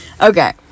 Okay